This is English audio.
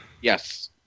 Yes